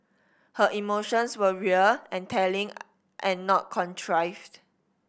her emotions were real and telling and not contrived